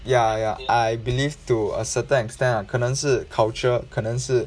ya ya I believe to a certain extent lah 可能是 culture 可能是